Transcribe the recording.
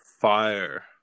fire